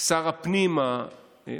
שר הפנים המיועד,